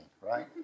right